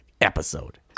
episode